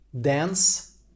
dance